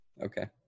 Okay